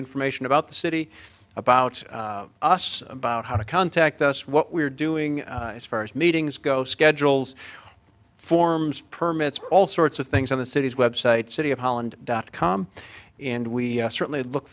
information about the city about us about how to contact us what we're doing as far as meetings go schedules forms permits all sorts of things on the city's website city of holland dot com and we certainly look